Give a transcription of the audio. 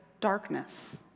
darkness